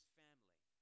family